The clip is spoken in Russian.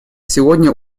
сегодня